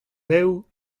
bev